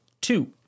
two